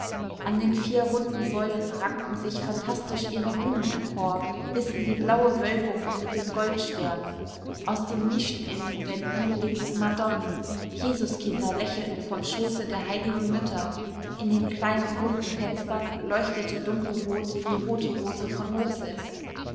an den vier runden säulen rankten sich phantastisch ihre blumen empor bis in die blaue wölbung mit den goldsternen aus den nischen in den wänden blickten madonnen jesuskinder lächelten vom schoße der heiligen mütter in den kleinen bunten fenstern leuchtete dunkelrot die rote rose von hochseß